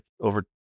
over